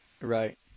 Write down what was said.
right